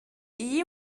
iyi